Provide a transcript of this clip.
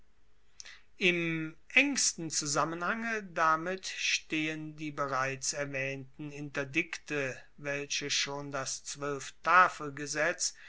im engsten zusammenhange damit stehen die bereits erwaehnten interdikte welche schon das zwoelftafelgesetz